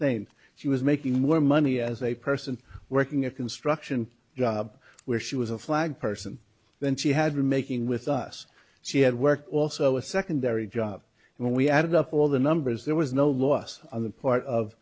sustained she was making more money as a person working a construction job where she was a flag person then she had remaking with us she had work also a secondary job and we added up all the numbers there was no loss on the part of